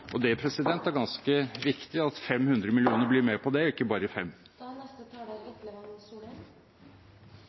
Det er ganske viktig at 500 millioner mennesker blir med på det og